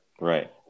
Right